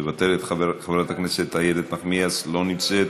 מוותרת, חברת הכנסת איילת נחמיאס, לא נמצאת,